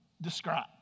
describe